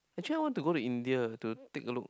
actually I want to go to India to take a look